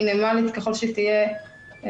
מינימלית ככל שתהיה,